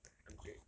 I'm great